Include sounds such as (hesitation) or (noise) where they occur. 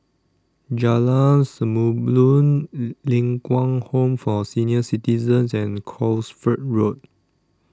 Jalan Samulun (hesitation) Ling Kwang Home For Senior Citizens and Cosford Road